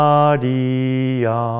Maria